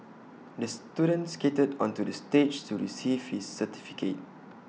the student skated onto the stage to receive his certificate